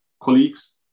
colleagues